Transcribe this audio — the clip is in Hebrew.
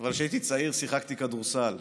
אבל כשהייתי צעיר שיחקתי כדורסל.